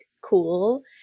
cool